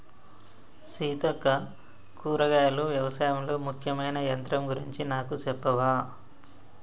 సీతక్క కూరగాయలు యవశాయంలో ముఖ్యమైన యంత్రం గురించి నాకు సెప్పవా